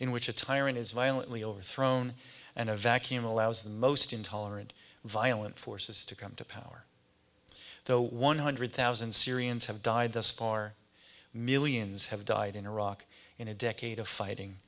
in which a tyrant is violently overthrown and a vacuum allows the most intolerant violent forces to come to power though one hundred thousand syrians have died thus far millions have died in iraq in a decade of fighting